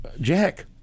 Jack